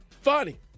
Funny